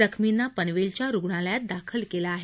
जखमींना पनवेलच्या रूग्णालयात दाखल केलं आहे